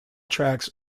tracks